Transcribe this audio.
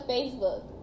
Facebook